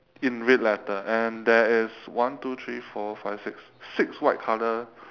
in red letter and there is one two three four five six six white colour